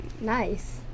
Nice